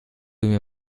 mir